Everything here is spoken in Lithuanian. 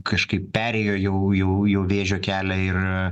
kažkaip perėjo jau jau jau vėžio kelią ir